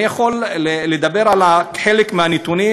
אני יכול לדבר על חלק מהנתונים.